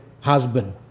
husband